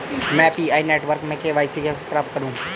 मैं Pi network में KYC कैसे प्राप्त करूँ?